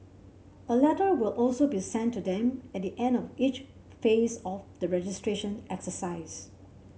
a letter will also be sent to them at the end of each phase of the registration exercise